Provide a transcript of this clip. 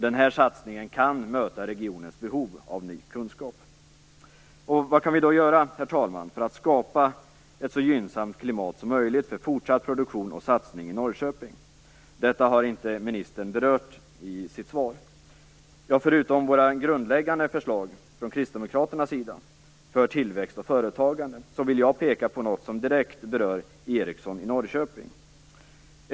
Denna satsning kan möta regionens behov av ny kunskap. Herr talman! Vad kan vi då göra för att skapa ett så gynnsamt klimat som möjligt för fortsatt produktion och satsning i Norrköping. Detta har inte ministern berört i sitt svar. Förutom Kristdemokraternas grundläggande förslag för tillväxt och företagande vill jag peka på något som direkt berör Ericsson i Norrköping.